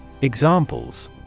Examples